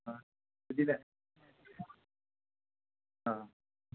हां